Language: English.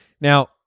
Now